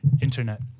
internet